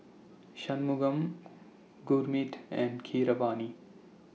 Shunmugam Gurmeet and Keeravani